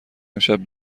امشب